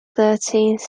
thirtieth